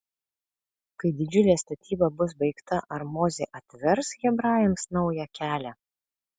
kai didžiulė statyba bus baigta ar mozė atvers hebrajams naują kelią